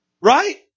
Right